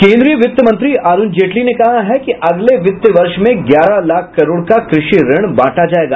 केन्द्रीय वित्त मंत्री अरूण जेटली ने कहा है कि अगले वित्त वर्ष में ग्यारह लाख करोड़ का कृषि ऋण बांटा जायेगा